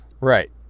Right